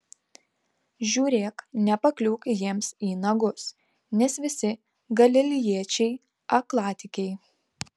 žiūrėk nepakliūk jiems į nagus nes visi galilėjiečiai aklatikiai